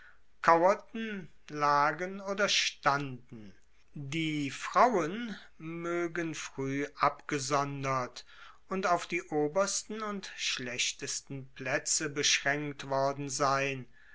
kauerten lagen oder standen die frauen moegen frueh abgesondert und auf die obersten und schlechtesten plaetze beschraenkt worden sein